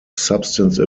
substance